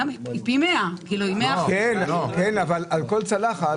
זה פי 100. כן, אבל על כל צלחת.